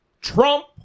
Trump